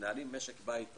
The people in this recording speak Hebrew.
שמנהלים משק בית עצמאי.